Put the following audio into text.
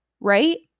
right